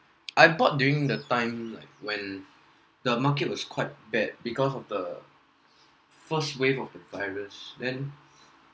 I bought during the time when the market was quite bad because of the first wave of the virus then